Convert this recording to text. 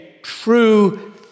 true